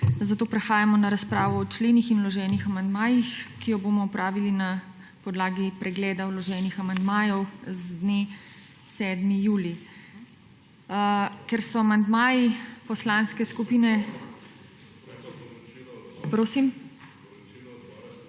Zato prehajamo na razpravo o členih in vloženih amandmajih, ki jo bomo opravili na podlagi pregleda vloženih amandmajev z dne 7. julija. Ker so amandmaji poslanske skupine …